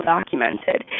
documented